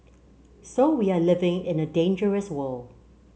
so we are living in a dangerous world